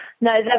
no